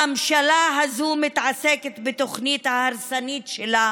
הממשלה הזו מתעסקת בתוכנית ההרסנית שלה